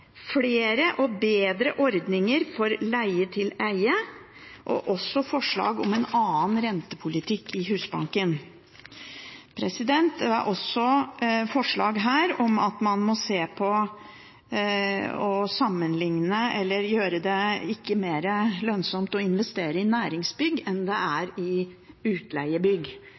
flere og bedre ordninger for leie-til-eie. Det er også forslag om en annen rentepolitikk i Husbanken. Det var også forslag her om at man må gjøre det mindre lønnsomt å investere i næringsbygg enn i utleiebygg. Det er slik i